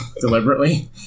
deliberately